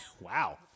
Wow